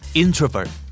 introvert